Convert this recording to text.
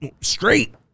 straight